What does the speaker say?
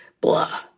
blah